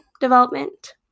development